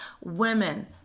women